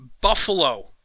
Buffalo